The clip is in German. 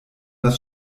das